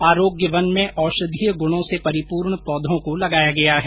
आरोग्य वन में औषधिय गुणों से परिपूर्ण पौधों को लगाया गया है